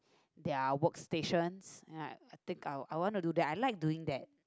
their work stations ya I think I I want to do that I like doing that